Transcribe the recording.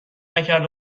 نکرد